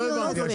לא הבנתי.